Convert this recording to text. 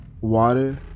water